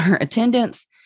attendance